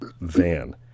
van